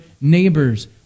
neighbors